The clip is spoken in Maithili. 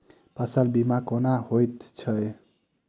फसल बीमा कोना होइत छै?